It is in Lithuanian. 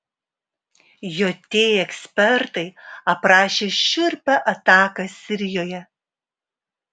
jt ekspertai aprašė šiurpią ataką sirijoje